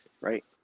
right